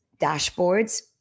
dashboards